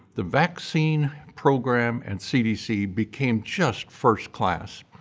the vaccine program and cdc became just first class.